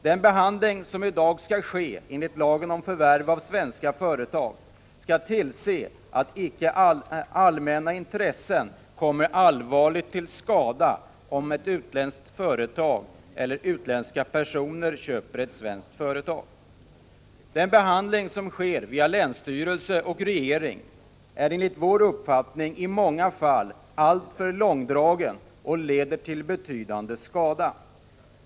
Den kontroll som i dag skall ske enligt lagen om förvärv av svenska företag har till syfte att se till att allmänna intressen icke kommer allvarligt till skada, om ett utländskt företag eller utländska personer köper ett svenskt företag. Den handläggning som sker hos länsstyrelserna och regeringen är enligt vår uppfattning i många fall alltför långdragen och leder till betydande skada.